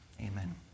Amen